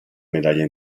medaglia